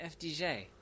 FDJ